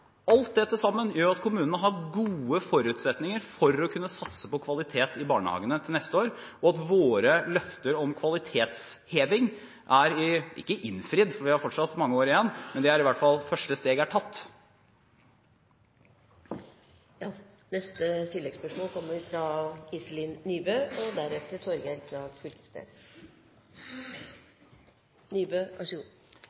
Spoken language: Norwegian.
Alt dette til sammen gjør at kommunene har gode forutsetninger for å kunne satse på kvalitet i barnehagene til neste år, og at våre løfter om kvalitetsheving ikke er innfridd, fordi vi har fortsatt mange år igjen, men første steg er i hvert fall